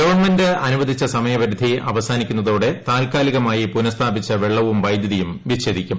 government അനുവദിച്ച സമയപരിധി അവസാനിക്കുന്നതോടെ താൽക്കാലികമായി പുനഃസ്ഥാപിച്ച വെള്ളവും വൈദ്യുതിയും വിച്ഛേദിക്കും